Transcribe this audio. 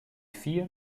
vielen